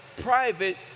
private